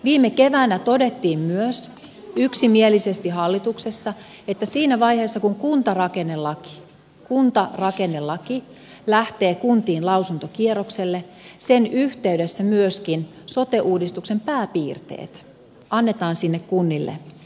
viime keväänä todettiin myös yksimielisesti hallituksessa että siinä vaiheessa kun kuntarakennelaki lähtee kuntiin lausuntokierrokselle sen yh teydessä myöskin sote uudistuksen pääpiirteet annetaan sinne kunnille tiedoksi